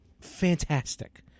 fantastic